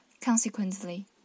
Consequently